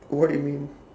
what you mean